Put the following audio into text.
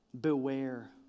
Beware